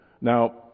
Now